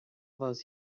those